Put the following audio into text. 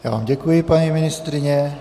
Já vám děkuji, paní ministryně.